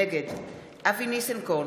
נגד אבי ניסנקורן,